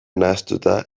nahastuta